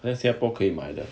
then 新加坡可以买的